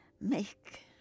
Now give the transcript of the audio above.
make